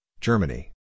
Germany